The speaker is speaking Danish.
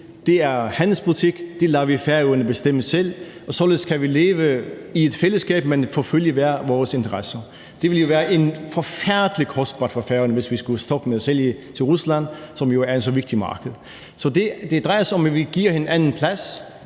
Det er handelspolitik; det lader vi Færøerne bestemme selv. Således kan vi leve i et fællesskab, men forfølge de interesser, vi hver især har. Det ville være forfærdelig kostbart for Færøerne, hvis vi skulle stoppe med at sælge til Rusland, som jo er et så vigtigt marked. Så det drejer sig om, at vi giver hinanden plads